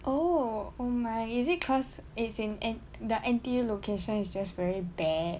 oh oh my is it cause is in and the N_T_U location is just very bad